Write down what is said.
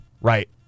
Right